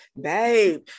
babe